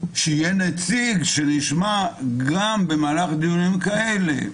כדי שיהיה נציג, ונשמע אותו גם במהלך דיונים כאלה.